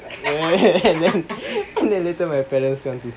then then later my parents come to school